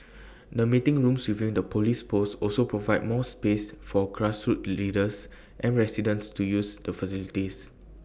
the meeting rooms within the Police post also provide more space for grassroots leaders and residents to use the facilities